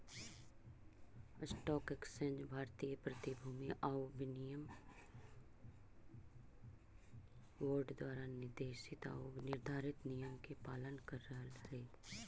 stock exchange भारतीय प्रतिभूति आउ विनिमय बोर्ड द्वारा निर्देशित आऊ निर्धारित नियम के पालन करऽ हइ